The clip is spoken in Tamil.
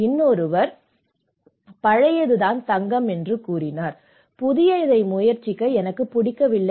இன்னொருவர் பழையது தங்கம் என்று சொன்னார் புதியதை முயற்சிக்க எனக்கு பிடிக்கவில்லை